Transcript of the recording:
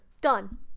Done